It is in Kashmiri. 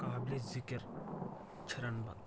قابلہِ ذِکِر چھِرن بل